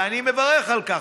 ואני מברך על כך,